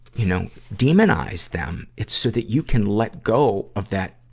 you know, demonize them. it's so that you can let go of that,